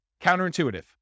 Counterintuitive